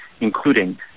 including